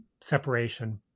separation